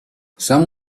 some